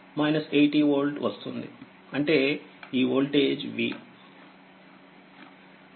ఇప్పుడుV 80 volt వస్తుందిఅంటేఈ voltage